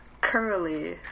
Curly